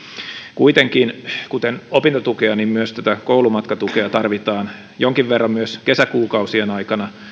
kuitenkin kuten opintotukea myös tätä koulumatkatukea tarvitaan jonkin verran myös kesäkuukausien aikana